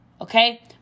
Okay